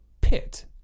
pit